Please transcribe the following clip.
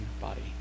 body